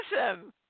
awesome